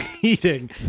eating